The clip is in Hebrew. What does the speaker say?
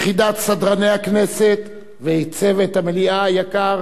יחידת סדרני הכנסת וצוות המליאה היקר,